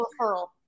referral